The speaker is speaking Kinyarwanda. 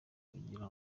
kugira